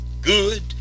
good